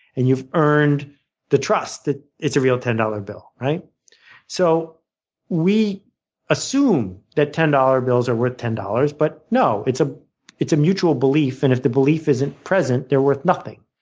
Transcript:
and you've earned the trust that it's a real ten dollars bill. so we assume that ten dollars bills are worth ten dollars, but no, it's ah it's a mutual belief and if the belief isn't present, they're worth nothing.